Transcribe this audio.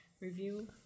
review